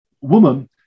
woman